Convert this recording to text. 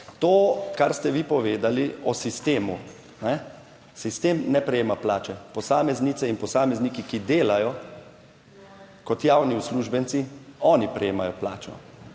to kar ste vi povedali o sistemu, sistem ne prejema plače, posameznice in posamezniki, ki delajo kot javni uslužbenci, oni prejemajo plačo